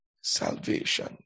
salvation